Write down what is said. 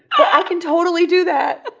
ah i can totally do that.